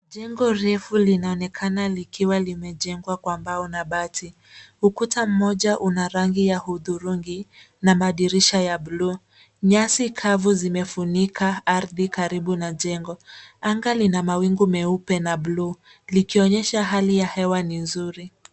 Jengo refu linaonekana likiwa limejengwa kwa mbao na bati. Ukuta mmoja una rangi ya hudhurungi na madirisha ya bluu. Nyasi kavu zimefunika ardhi karibu na jengo. Anga lina mawingu meupe na bluu likionyesha hali ya hewa ni nzuri.